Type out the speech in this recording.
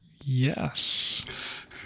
Yes